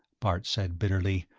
bart said bitterly,